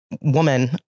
woman